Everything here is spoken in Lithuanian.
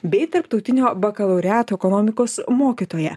bei tarptautinio bakalaureato ekonomikos mokytoja